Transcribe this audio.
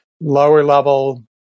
lower-level